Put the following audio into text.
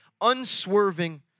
unswerving